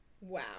wow